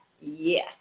Yes